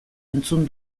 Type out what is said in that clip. entzun